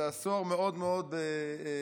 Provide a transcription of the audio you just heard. זה עשור מאוד מאוד מאתגר,